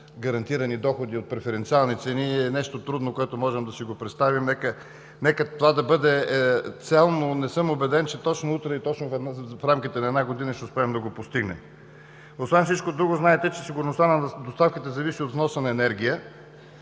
гарантирани доходи от преференциални цени е нещо трудно, което можем да си представим. Нека това да бъде цел, но не съм убеден, че точно утре и точно в рамките на една година ще успеем да го постигнем. Освен всичко друго знаете, че сигурността на доставките зависи от вноса на енергия.